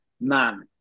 man